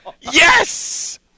Yes